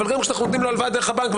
אבל גם כשאנחנו נותנים לו הלוואה דרך הבנק,